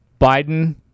Biden